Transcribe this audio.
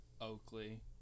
Oakley